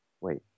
wait